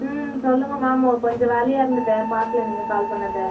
ம் சொல்லுங்கள் மேம் ஓ கொஞ்சம் வேலையாக இருந்துவிட்டேன் பார்க்கல நீங்கள் கால் பண்ணதை